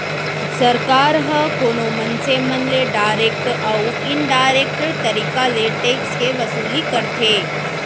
सरकार ह कोनो मनसे मन ले डारेक्ट अउ इनडारेक्ट तरीका ले टेक्स के वसूली करथे